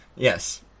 Yes